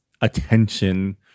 attention